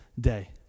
day